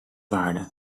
waarde